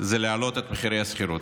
זה להעלות את מחירי השכירות.